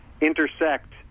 intersect